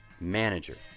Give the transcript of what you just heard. manager